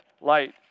light